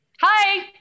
hi